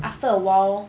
after a while